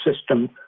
system